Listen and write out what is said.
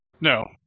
No